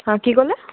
হা কি ক'লে